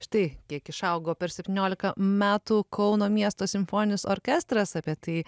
štai kiek išaugo per septyniolika metų kauno miesto simfoninis orkestras apie tai